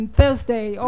Thursday